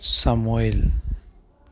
ꯁꯝꯋꯦꯜ